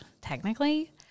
technically